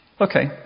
Okay